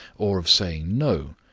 or of saying no,